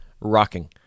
rocking